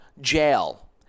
jail